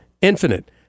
Infinite